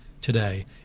today